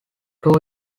two